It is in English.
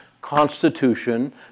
constitution